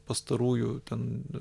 pastarųjų ten